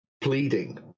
pleading